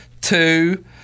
two